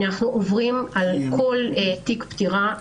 אנחנו עוברים על כל תעודת פטירה,